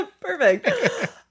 Perfect